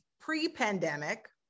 pre-pandemic